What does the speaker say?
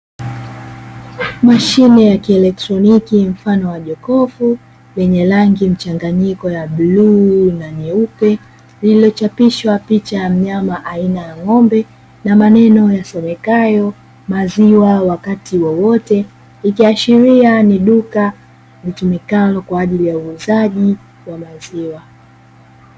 Mashine ya kielektroniki mfano wa jokofu, yenye rangi mchanganyiko ya bluu na nyeupe, lilochapishwa picha ya mnyama aina ya ng'ombe na maneno yasomekayo "maziwa wakati wowote" itaashiria ni duka litumikalo kwa ajili ya uuzaji wa maziwa.